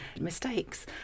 Mistakes